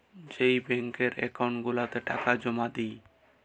যেই ব্যাংকের একাউল্ট গুলাতে টাকা জমা দেই